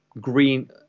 Green